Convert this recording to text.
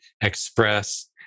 express